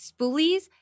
spoolies